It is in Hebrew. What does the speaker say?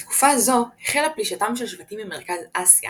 בתקופה זו החלה פלישתם של שבטים ממרכז אסיה